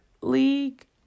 League